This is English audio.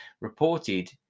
reported